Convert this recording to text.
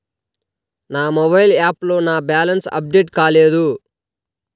నా మొబైల్ యాప్లో నా బ్యాలెన్స్ అప్డేట్ కాలేదు